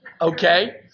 Okay